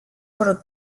por